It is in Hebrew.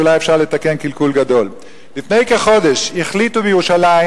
ואולי אפשר לתקן קלקול גדול: לפני כחודש החליטו בירושלים